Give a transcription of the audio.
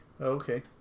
Okay